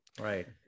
right